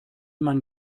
man